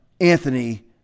Anthony